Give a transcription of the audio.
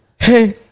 Hey